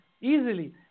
easily